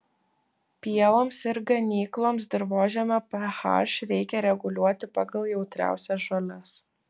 pievoms ir ganykloms dirvožemio ph reikia reguliuoti pagal jautriausias žoles